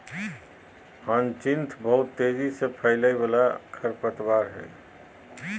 hyacinth बहुत तेजी से फैलय वाला खरपतवार हइ